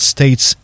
States